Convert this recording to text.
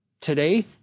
today